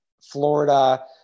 Florida